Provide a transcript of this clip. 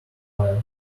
fire